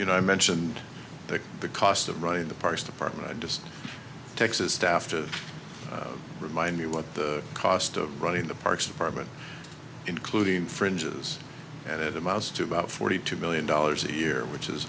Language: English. you know i mentioned that the cost of running the parks department just texas staff to remind me what the cost of running the parks department including fringes and it amounts to about forty two million dollars a year which is